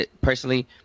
personally